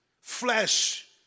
flesh